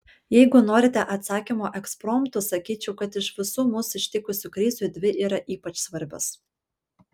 jeigu norite atsakymo ekspromtu sakyčiau kad iš visų mus ištikusių krizių dvi yra ypač svarbios